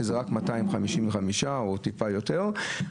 שזה רק 255 או טיפה יותר.